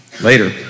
later